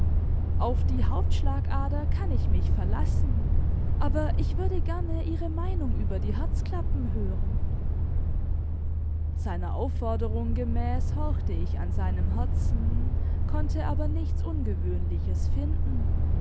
auf die eine kann ich mich verlassen aber ich würde ihre meinung über die andere gerne hören ich hörte sein herz wie gebeten ab konnte aber nichts besonderes finden